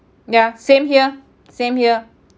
yeah same here same here